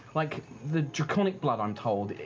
like the draconic blood, i'm told,